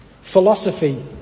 philosophy